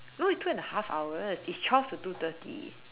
no it's two and a half hours it's twelve to two thirty